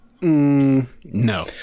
No